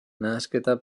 nahasketa